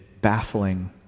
baffling